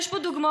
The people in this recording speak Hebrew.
יש פה דוגמאות,